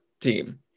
team